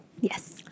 Yes